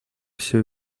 всё